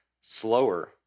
slower